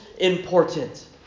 important